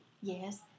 Yes